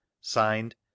signed